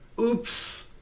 oops